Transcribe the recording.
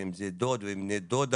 ואם זה דוד ובני דודה,